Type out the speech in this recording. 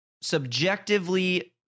subjectively